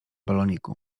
baloniku